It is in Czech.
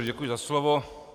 Děkuji za slovo.